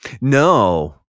No